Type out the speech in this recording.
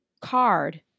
card